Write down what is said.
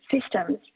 systems